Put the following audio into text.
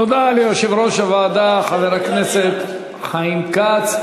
תודה ליושב-ראש הוועדה, חבר הכנסת חיים כץ.